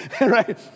right